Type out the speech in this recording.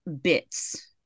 bits